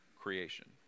creation